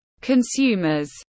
consumers